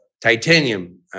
titanium